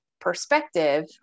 perspective